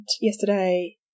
yesterday